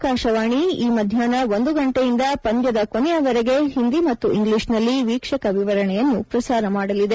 ಆಕಾಶವಾಣಿ ಈ ಮಧ್ಯಾಹ್ನ ಒಂದು ಗಂಟೆಯಿಂದ ಪಂದ್ಯದ ಕೊನೆಯವರೆಗೆ ಹಿಂದಿ ಮತ್ತು ಇಂಗ್ಲಿಷ್ನಲ್ಲಿ ವೀಕ್ಷಕ ವಿವರಣೆಯನ್ನು ಪ್ರಸಾರ ಮಾಡಲಿದೆ